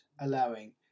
allowing